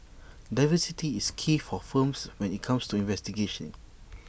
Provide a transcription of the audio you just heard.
diversity is key for firms when IT comes to investigation